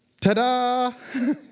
Ta-da